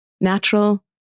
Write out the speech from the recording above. natural